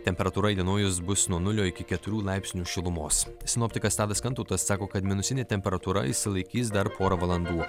temperatūra įdienojus bus nuo nulio iki keturių laipsnių šilumos sinoptikas tadas kantautas sako kad minusinė temperatūra išsilaikys dar porą valandų